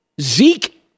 Zeke